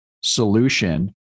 solution